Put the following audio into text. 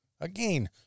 again